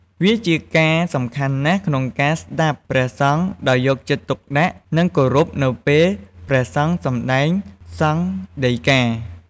វាជាការសំខាន់ណាស់ក្នុងការស្តាប់ព្រះសង្ឃដោយយកចិត្តទុកដាក់ និងគោរពនៅពេលព្រះសង្ឃសំដែងសង្ឃដីកា។